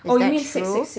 is that true